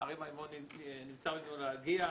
אריה מימון, נבצר ממנו להגיע.